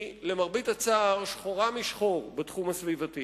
היא, למרבה הצער, שחורה משחור בתחום הסביבתי.